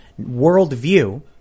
worldview